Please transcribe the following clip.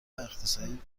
اقتصادی